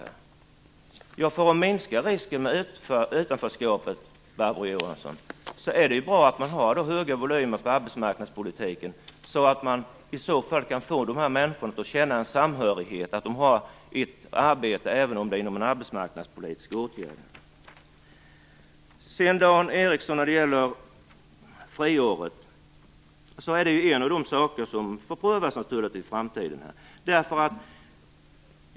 Men Barbro Johansson, för att minska risken för utanförskap är det ju bra att man har höga volymer i arbetsmarknadspolitiken så att man kan få dessa människor att känna samhörighet och att de har ett arbete, även om det är inom en arbetsmarknadspolitisk åtgärd. Dan Ericsson! Friåret är en av de saker som får prövas i framtiden.